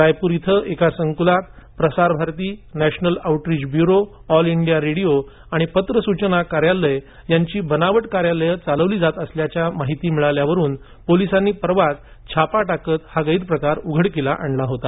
रायपूर इथं एका संकुलात Prasar Bharati National Outreach Bureau All India Radio आणि पत्र सूचना कार्यालय यांची बनावट कार्यालये चालवली जात असल्याच्या माहितीवरून पोलिसांनी परवाच छापा टाकत हा गैरप्रकार उघडकीस आणला होता